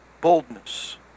boldness